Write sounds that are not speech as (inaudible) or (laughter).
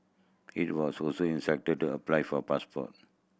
he was also (unintelligible) to apply for passport